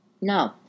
No